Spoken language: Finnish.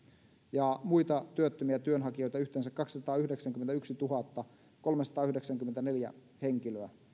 ja muita työttömiä työnhakijoita yhteensä kaksisataayhdeksänkymmentätuhattakolmesataayhdeksänkymmentäneljä henkilöä